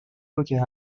روکه